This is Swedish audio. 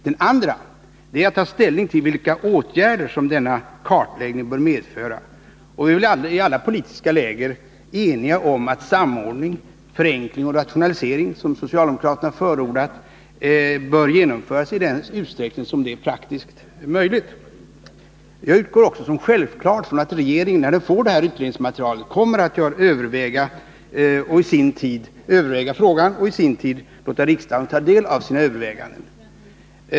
Det andra är att ta ställning till vilka åtgärder som denna kartläggning bör föranleda. Vi är väl i alla politiska läger eniga om att samordning, förenkling och rationalisering — som socialdemokraterna förordat — bör genomföras i den utsträckning som är praktiskt möjlig. Jag betraktar det som självklart att regeringen, när den har fått utredningsmaterialet, kommer att göra sådana överväganden och i sinom tid låta riksdagen ta del av dem.